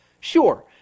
sure